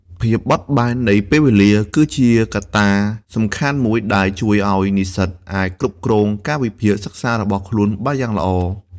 ភាពបត់បែននៃពេលវេលា គឺជាកត្តាសំខាន់មួយដែលជួយឲ្យនិស្សិតអាចគ្រប់គ្រងកាលវិភាគសិក្សារបស់ខ្លួនបានយ៉ាងល្អ។